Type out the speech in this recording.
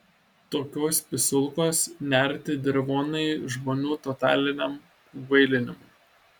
tokios pisulkos nearti dirvonai žmonių totaliniam kvailinimui